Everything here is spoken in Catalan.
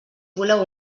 voleu